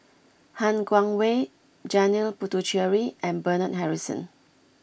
Han Guangwei Janil Puthucheary and Bernard Harrison